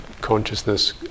consciousness